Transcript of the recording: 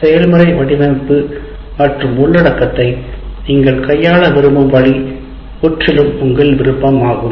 செயல்முறை வடிவமைப்பு மற்றும் உள்ளடக்கத்தை நீங்கள் கையாள விரும்பும் வழி முற்றிலும் உங்கள் விருப்பம் ஆகும்